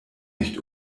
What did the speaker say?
nicht